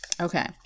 Okay